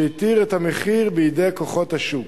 שהותיר את המחיר בידי כוחות השוק.